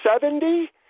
seventy